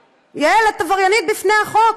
יעל, את עבריינית בפני החוק,